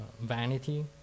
vanity